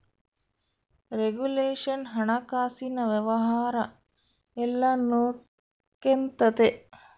regulation ಹಣಕಾಸಿನ ವ್ಯವಹಾರ ಎಲ್ಲ ನೊಡ್ಕೆಂತತೆ